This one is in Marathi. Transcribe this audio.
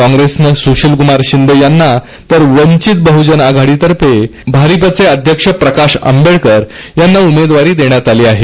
काँग्रेसने स्शीलक्मार शिंदे यांना तर वंचित बहजन आघाडी तर्फे भारिपचे अध्यक्ष प्रकाश आंबेडकर यांना उमेदवारी देण्यात आली आहे